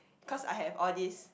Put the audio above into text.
cause I have all these